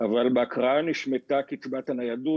אבל בהקראה נשמטה קצבת הניידות.